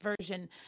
version